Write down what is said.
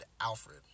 Alfred